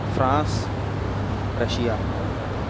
France Russia